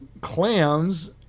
clams